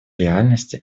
реальности